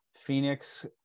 Phoenix